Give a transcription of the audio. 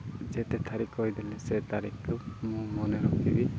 ଯେତେ ତାରିିଖ କହିଦେଲେ ସେ ତାରିିଖକୁ ମୁଁ ମନେ ରଖିବି